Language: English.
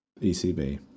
ECB